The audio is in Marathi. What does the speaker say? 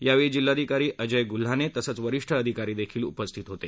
यावेळी जिल्हाधिकारी अजय गुल्हाने तसंच वरीष्ठ अधिकारी उपस्थित होते